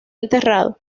enterrado